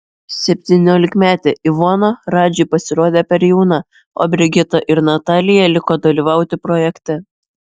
septyniolikmetė ivona radžiui pasirodė per jauna o brigita ir natalija liko dalyvauti projekte